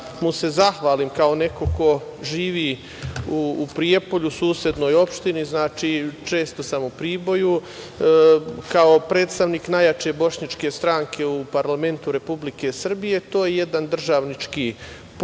mu se zahvalim. Kao neko ko živi u Prijepolju u susednoj opštini, znači često sam u Priboju, kao predstavnik najjače bošnjačke stranke u parlamentu Republike Srbije. To je jedan državnički potez,